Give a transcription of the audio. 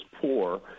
poor